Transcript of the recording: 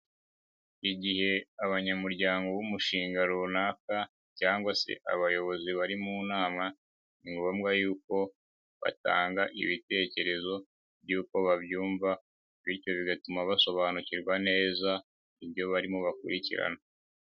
Igihe abanyamuryango b'umushinga runaka, cyangwa se abayobozi bari mu nama, ni ngombwa y'uko batanga ibitekerezo by'uko babyumva, bityo bigatuma basobanukirwa neza ibyo barimo bakurikirana.